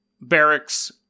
barracks